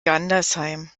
gandersheim